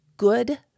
good